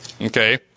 Okay